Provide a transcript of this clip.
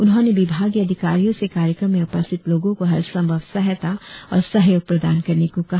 उन्होंने विभागीय अधिकारियों से कार्यक्रम में उपस्थित लोगों को हर संभव सहायता और सहयोग प्रदान करने को कहा